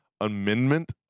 amendment